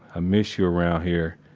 ah miss you around here,